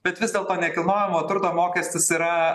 bet vis dėlto nekilnojamo turto mokestis yra